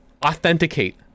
authenticate